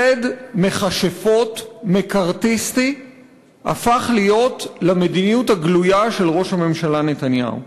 ציד מכשפות מקארתיסטי הפך להיות למדיניות הגלויה של ראש הממשלה נתניהו.